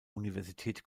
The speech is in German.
universität